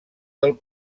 del